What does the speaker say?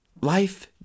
life